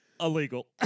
Illegal